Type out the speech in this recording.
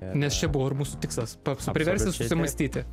nes čia buvo ir mūsų tikslas toks priversti susimąstyti